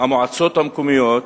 המועצות המקומיות,